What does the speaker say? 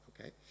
okay